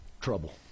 Trouble